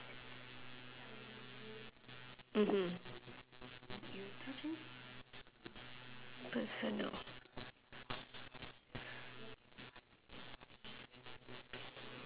mmhmm personal